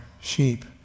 sheep